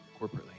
corporately